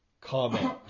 comment